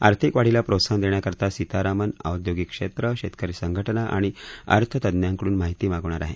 आर्थिक वाढीला प्रोत्साहन देण्याकरता सीतारामन औद्योगिक क्षेत्र शेतकरी संघटना आणि अर्थतंज्ञाकडून माहिती मागवणार आहे